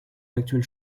l’actuelle